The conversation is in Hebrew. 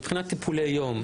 מבחינת טיפולי יום,